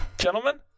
Gentlemen